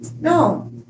no